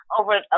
over